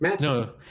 No